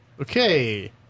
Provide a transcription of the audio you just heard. Okay